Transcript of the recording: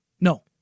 No